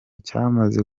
cyamaze